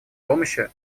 помощи